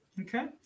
okay